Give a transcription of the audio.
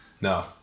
No